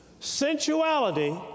sensuality